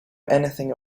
anything